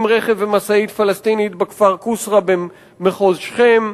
רכב ומשאית פלסטינית בכפר קוסרה במחוז שכם,